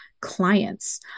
clients